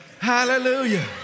Hallelujah